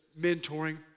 mentoring